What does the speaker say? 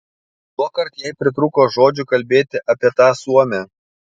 tuokart jai pritrūko žodžių kalbėti apie tą suomę